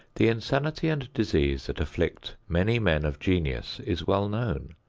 the insanity and disease that afflict many men of genius is well known.